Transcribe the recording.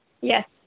Yes